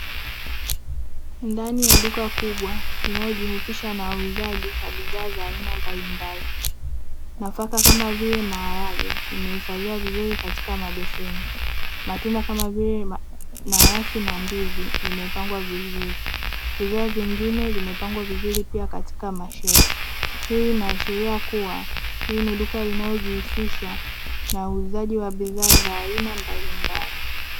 Ndani ya duka kubwa linalojihusisha na uuzaji wa bidhaa za aina mbalimbali, nafaka kama vile maharage imehifadhiwa vizuri katika mabeseni matunda kama mananasi na ndizi zimepangwa vizuri, bidhaa zingine zimepangwa vizuri pia katika mashelfu. Hii inaashiria kuwa hili ni duka linalojihusisha na na uuzaji wa bidhaa za aina mbalimbali.